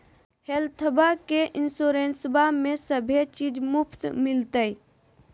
हेल्थबा के इंसोरेंसबा में सभे चीज मुफ्त मिलते?